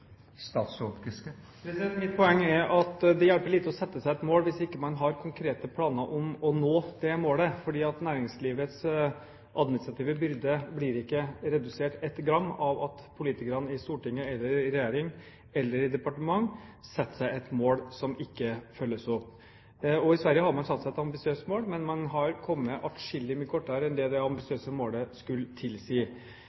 Mitt poeng er at det hjelper lite å sette seg et mål hvis man ikke har konkrete planer om å nå det målet. For næringslivets administrative byrde blir ikke redusert ett gram av at politikerne i Stortinget eller i regjeringen eller i departementet setter seg et mål som ikke følges opp. I Sverige har man satt seg et ambisiøst mål, men man har kommet atskillig mye kortere enn det